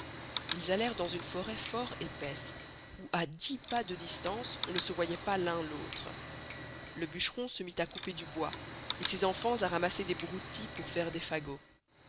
ils allerent dans une forest fort épaisse où à dix pas de distance on ne se voyoit pas l'un l'autre le bucheron se mit à couper du bois et ses enfans à ramasser des broutilles pour faire des fagots